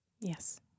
Yes